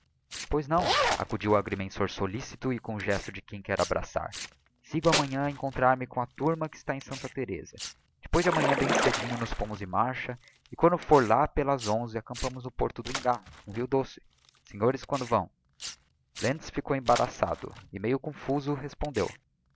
pois não acudiu o agrimensor solicito e com um gesto de quem quer abraçar sigo amanhã a me encontrar com a turma que está em santa thereza depois de amanhã bem cedinho nos pomos em marcha e quando fôr lá pelas onze acampamos no porto do ingá no rio doce os senhores quando vão lentz ficou embaraçado e meio confuso respondeu